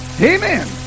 Amen